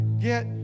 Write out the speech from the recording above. get